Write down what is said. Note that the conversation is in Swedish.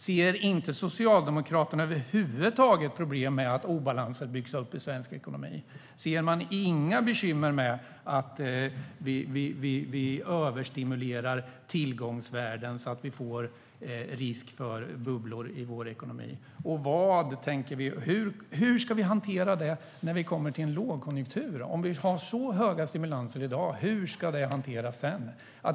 Ser inte Socialdemokraterna över huvud taget några problem med att obalanser byggs upp i svensk ekonomi? Ser man inga bekymmer med att vi överstimulerar tillgångsvärden så att vi får risk för bubblor i vår ekonomi? Hur ska vi hantera detta när vi kommer till en lågkonjunktur. Om vi har så höga stimulanser i dag, hur ska det hanteras sedan?